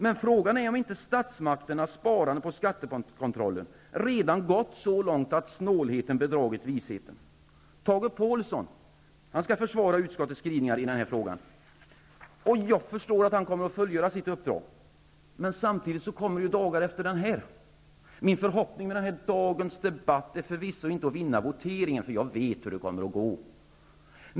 Men frågan är om inte statsmakternas sparande på skattekontrollen redan gått så långt att snålheten bedragit visheten. Tage Pålsson skall försvara utskottets skrivningar i detta ärende, och jag förstår att han kommer att fullgöra sitt uppdrag. Men det kommer ju dagar efter denna. Min förhoppning i dagens debatt är förvisso inte att vinna voteringen, för jag vet hur det kommer att gå.